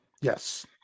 Yes